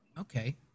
Okay